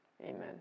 Amen